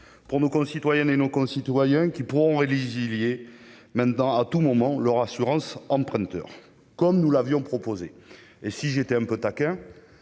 pour nos concitoyennes et nos concitoyens qui pourront est maintenant à tout moment leur assurance emprunteur, comme nous l'avions proposé et si j'étais un peu taquin,